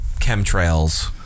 chemtrails